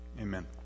Amen